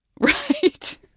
Right